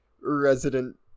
resident